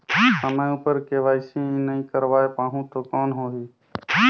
समय उपर के.वाई.सी नइ करवाय पाहुं तो कौन होही?